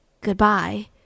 goodbye